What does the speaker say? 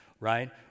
right